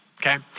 okay